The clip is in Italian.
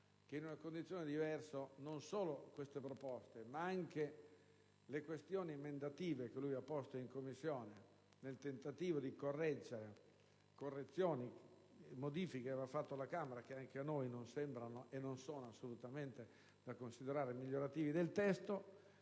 che in una condizione diversa non solo le proposte, ma anche le questioni emendative da lui poste in Commissione nel tentativo di correggere modifiche apportate dalla Camera, che anche a noi non sembrano, e non sono assolutamente da considerare, migliorative del testo,